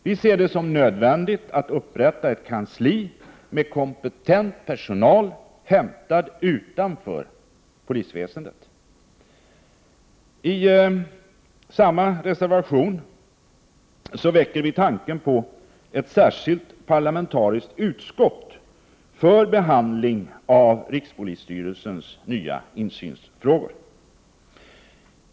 Vi ser det som nödvändigt att upprätta ett kansli med kompetent personal, hämtad utanför polisväsendet. I samma reservation väcker vi tanken på ett särskilt parlamentariskt utskott för behandling av rikspolisstyrelsens nya insynsfrågor.